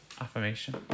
affirmation